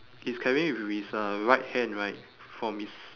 he is carrying it with his uh right hand right from his